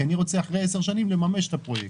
כי אני רוצה אחרי 10 שנים לממש את הפרויקט.